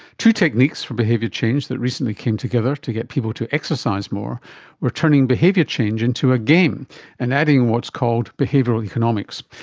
two techniques for behaviour change that recently came together to get people to exercise more were turning behaviour change into a game and adding what's called behavioural economics,